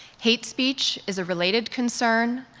hate speech is a related concern.